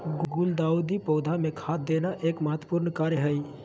गुलदाऊदी पौधा मे खाद देना एक महत्वपूर्ण कार्य हई